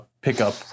pickup